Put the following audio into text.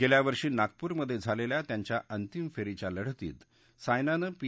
गेल्या वर्षी नागपूरमध्ये झालेल्या त्यांच्या अंतिम फेरीच्या लढतीत सायनानं पी